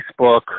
Facebook